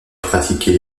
pratiquer